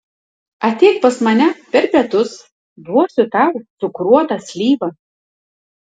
ateik pas mane per pietus duosiu tau cukruotą slyvą